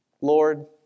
Lord